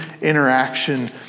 interaction